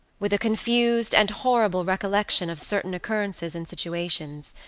with a confused and horrible recollection of certain occurrences and situations,